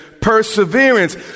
perseverance